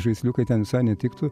žaisliukai ten visai netiktų